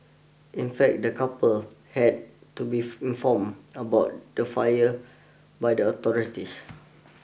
in fact the couple had to be informed about the fire by the authorities